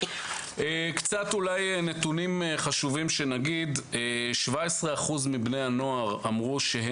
כמה נתונים חשובים: 17% מבני הנוער אמרו בסקר